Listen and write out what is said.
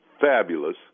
fabulous